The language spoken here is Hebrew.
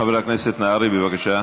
חבר הכנסת נהרי, בבקשה.